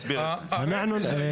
אני אסביר בהמשך, אני אסביר את זה.